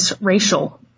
racial